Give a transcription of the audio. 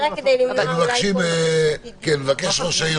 בבקשה.